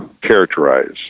characterize